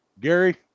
Gary